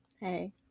Hey